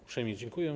Uprzejmie dziękuję.